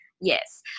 yes